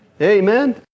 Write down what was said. Amen